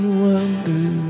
wonder